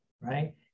right